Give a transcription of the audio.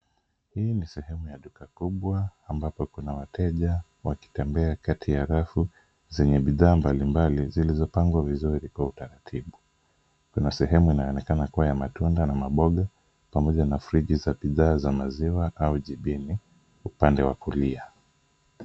Hii ni sehemu ya duka kubwa ambapo kuna wateja wakitembea kati ya rafu zenye bidhaa mbalimbali zilizopangwa vizuri kwa utaratibu, kuna sehemu inayoonekana kuwa ya matunda na maboga pamoja na friji za bidhaa za maziwa au jibimi upande wa kulia.